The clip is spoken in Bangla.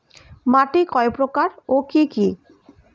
মাটি কয় প্রকার ও কি কি?